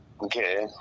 Okay